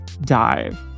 dive